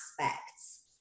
aspects